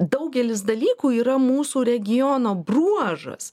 daugelis dalykų yra mūsų regiono bruožas